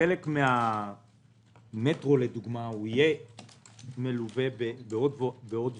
חלק מהמטרו יהיה מלווה בדברים נוספים.